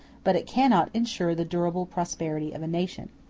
but it cannot ensure the durable prosperity of a nation.